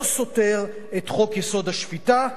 לא סותר את חוק-יסוד: השפיטה,